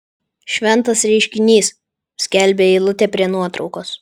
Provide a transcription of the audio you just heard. šventas reiškinys skelbia eilutė prie nuotraukos